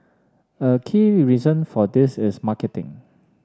a key reason for this is marketing